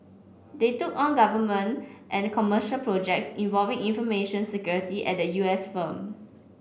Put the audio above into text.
they took on government and commercial projects involving information security at the U S firm